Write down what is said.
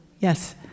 yes